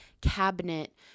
cabinet